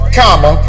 comma